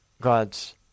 God's